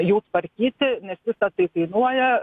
jų tvarkyti nes visa tai kainuoja